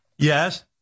Yes